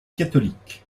catholique